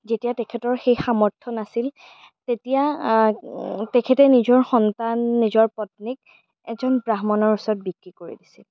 যেতিয়া তেখেতৰ সেই সামৰ্থ্য় নাছিল তেতিয়া তেখেতে নিজৰ সন্তান নিজৰ পত্নীক এজন ব্ৰাহ্মণৰ ওচৰত বিক্ৰী কৰি দিছিল